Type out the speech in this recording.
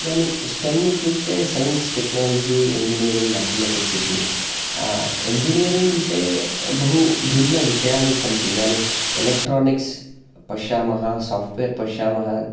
इदानीं स्टेम् इत्युक्ते science technology engineering mathematics इति इञ्जीनियरीङ्ग् विषये बहु भिन्नविषयाणि सन्ति इदानीम् एलक्ट्रोनिक्स् पश्यामः साफ़्ट्वेर् पश्यामः